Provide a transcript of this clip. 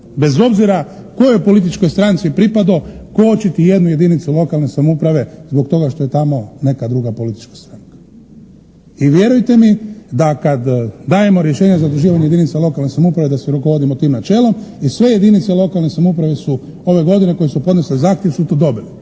bez obzira kojoj političkoj stranci pripadao, kočiti jednu jedinicu lokalne samouprave zbog toga što je tamo neka druga politička stranka. I vjerujte mi da kada dajemo rješenja zaduživanje jedinica lokalne samouprave da se rukovodimo tim načelom i sve jedinice lokalne samouprave su ove godine koje su podnesle zahtjev su to dobile.